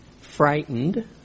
frightened